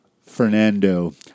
Fernando